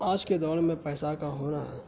آج کے دور میں پیسہ کا ہونا